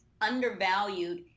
undervalued